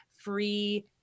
free